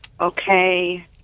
Okay